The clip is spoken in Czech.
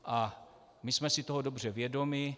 A my jsme si toho dobře vědomi.